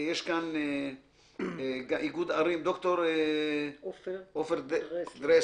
יש כאן מכתב מאיגוד ערים, ד"ר עופר דרסלר.